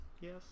Yes